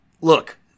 look